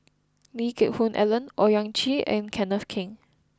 Lee Geck Hoon Ellen Owyang Chi and Kenneth Keng